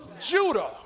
Judah